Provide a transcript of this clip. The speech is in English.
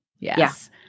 Yes